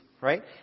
right